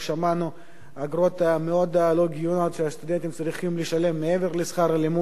אגרות מאוד לא הגיוניות שהסטודנטים צריכים לשלם מעבר לשכר הלימוד.